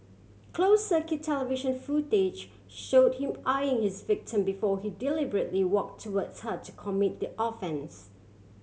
close circuit television footage showed him eyeing his victim before he deliberately walk towards her to commit the offence